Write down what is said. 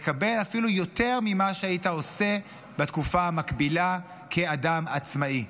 לקבל אפילו יותר ממה שהיית עושה בתקופה המקבילה כאדם עצמאי.